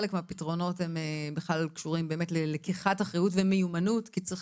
חלק מהפתרונות בכלל קשורים באמת ללקיחת אחריות ומיומנות כי צריך